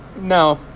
no